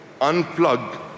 unplug